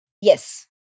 Yes